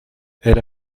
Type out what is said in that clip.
elle